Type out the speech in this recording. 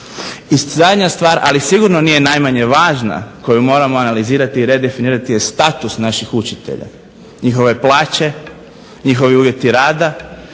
I zadnja stvar, ali sigurno nije najmanje važna koju moramo analizirati i redefinirati je status naših učitelja, njihove plaće, njihovi uvjeti rada,